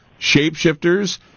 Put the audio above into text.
shapeshifters